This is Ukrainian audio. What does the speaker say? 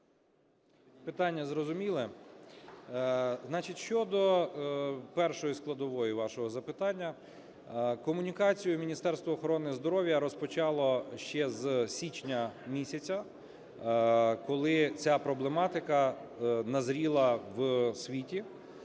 Питання зрозуміле. Значить, щодо першої складової вашого запитання. Комунікацію Міністерства охорони здоров'я розпочало ще з січня місяця, коли ця проблематика назріла в світі.